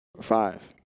Five